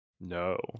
No